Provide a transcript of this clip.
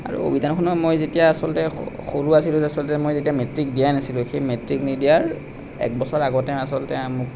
আৰু অভিধানখনত মই যেতিয়া আচলতে সৰু আছিলোঁ আচলতে মই যেতিয়া মেট্ৰিক দিয়াই নাছিলোঁ সেই মেট্ৰিক নিদিয়াৰ এক বছৰ আগতে আচলতে মোক